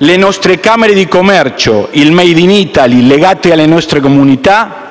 Le nostre camere di commercio - il *made in Italy* - legate alle nostre comunità